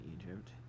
Egypt